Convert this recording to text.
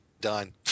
done